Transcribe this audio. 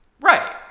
Right